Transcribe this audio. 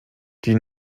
die